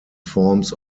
forms